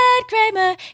Kramer